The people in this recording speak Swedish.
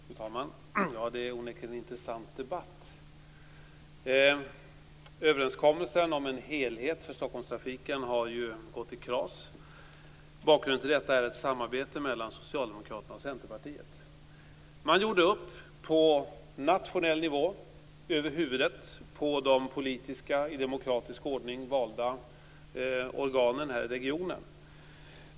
Fru talman! Detta är onekligen en intressant debatt. Överenskommelsen om en helhet i Stockholmstrafiken har gått i kras. Bakgrunden till detta är ett samarbete mellan Socialdemokraterna och Centerpartiet. Man gjorde upp på nationell nivå över huvudet på de politiska, i demokratisk ordning valda, organen i regionen.